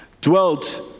dwelt